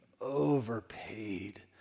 overpaid